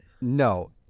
No